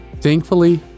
Thankfully